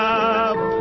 up